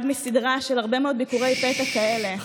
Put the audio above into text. אחד מסדרה של הרבה מאוד ביקורי פתע כאלה, שקט.